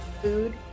food